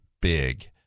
big